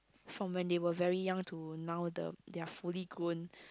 from when they were very young to now the they are fully grown